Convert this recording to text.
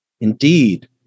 Indeed